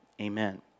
amen